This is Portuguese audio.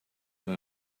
com